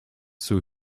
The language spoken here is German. zur